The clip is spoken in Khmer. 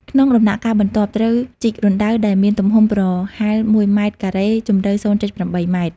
ក្នុងដំណាក់កាលបន្ទាប់ ត្រូវជីករណ្ដៅដែលមានទំហំប្រហែល ១ ម៉ែត្រការ៉េ ជម្រៅ ០.៨ ម៉ែត្រ។